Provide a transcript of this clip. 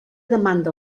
demanda